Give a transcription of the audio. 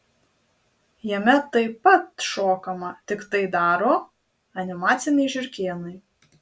jame taip pat šokama tik tai daro animaciniai žiurkėnai